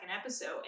episode